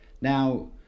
Now